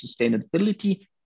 sustainability